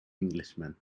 englishman